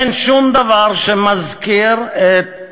אין שום דבר שמזכיר את